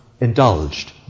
indulged